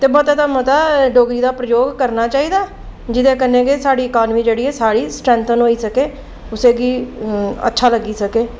ते मते शा मता डोगरी दा प्रयोग करना चाहिदा ऐ जेह्दे कन्नै गै साढ़ी इकानमी जेह्ड़ी ऐ स्ट्रैंथन होई सकै कुसै गी अच्छा लगी सकै